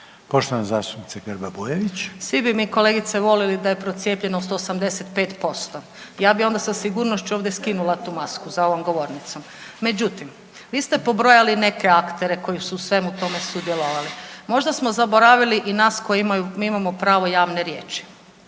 **Grba-Bujević, Maja (HDZ)** Svi bi mi kolegice voljeli da je procijepljenost 85%, ja bi onda sa sigurnošću ovdje skinula tu masku za ovom govornicom. Međutim vi ste pobrojali neke aktere koji su u svemu tome sudjelovali, možda smo zaboravili i nas koji imaju, mi imamo pravo javne riječi.